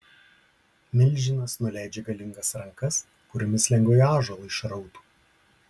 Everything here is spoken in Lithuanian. milžinas nuleidžia galingas rankas kuriomis lengvai ąžuolą išrautų